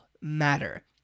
matter